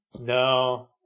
No